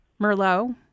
Merlot